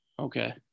Okay